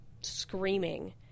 screaming